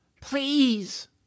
Please